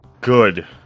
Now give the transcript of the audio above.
Good